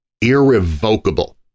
Irrevocable